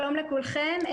שלום לכולכם.